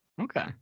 Okay